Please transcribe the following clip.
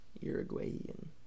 Uruguayan